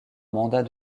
mandat